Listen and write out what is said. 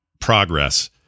progress